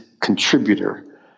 contributor